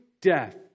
death